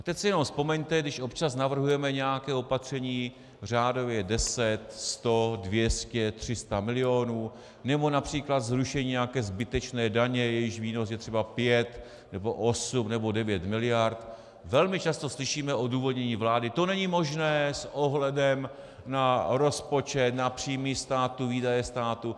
A teď si jenom vzpomeňte, když občas navrhujeme nějaké opatření řádově deset, sto, dvě stě, tři sta milionů nebo například zrušení nějaké zbytečné daně, jejíž výnos je třeba pět nebo osm nebo devět miliard, velmi často slyšíme odůvodnění vlády: To není možné s ohledem na rozpočet, na příjmy státu, na výdaje státu.